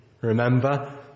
Remember